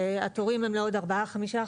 והתורים הם לעוד ארבע-חמישה,